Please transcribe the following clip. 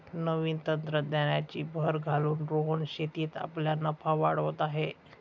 नवीन तंत्रज्ञानाची भर घालून रोहन शेतीत आपला नफा वाढवत आहे